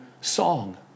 song